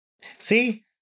See